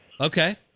okay